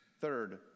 Third